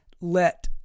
let